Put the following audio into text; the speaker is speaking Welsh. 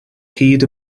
hyd